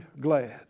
glad